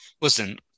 listen